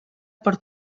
per